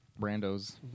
Brando's